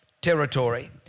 territory